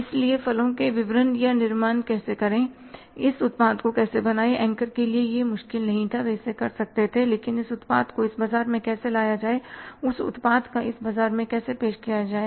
इसलिए फलो की बीयर का निर्माण कैसे करें इस उत्पाद को कैसे बनाएँ एंकर के लिए यह मुश्किल नहीं था वे इसे कर सकते थे लेकिन इस उत्पाद को इस बाजार में कैसे लाया जाए इस उत्पाद को इस बाजार में कैसे पेश किया जाए